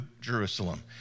Jerusalem